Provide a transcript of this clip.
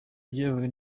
byayobowe